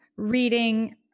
reading